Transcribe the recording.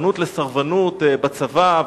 הסלחנות לסרבנות בצבא,